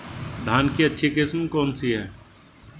धान की अच्छी किस्म कौन सी है?